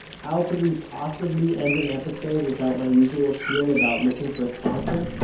how could we possibly end an episode without my usual spiel about looking for a sponsor?